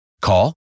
Call